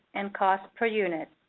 and cost per unit.